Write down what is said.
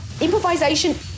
Improvisation